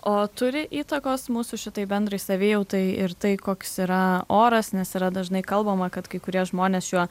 o turi įtakos mūsų šitai bendrai savijautai ir tai koks yra oras nes yra dažnai kalbama kad kai kurie žmonės šiuo